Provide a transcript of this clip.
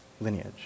lineage